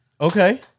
Okay